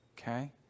Okay